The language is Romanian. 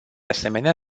asemenea